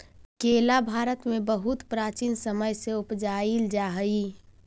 केला भारत में बहुत प्राचीन समय से उपजाईल जा हई